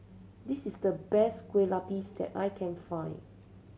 this is the best Kueh Lapis that I can find